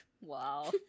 Wow